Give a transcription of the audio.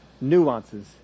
nuances